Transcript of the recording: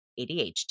ADHD